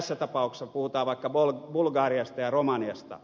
tässä tapauksessa puhutaan vaikka bulgariasta ja romaniasta